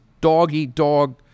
dog-eat-dog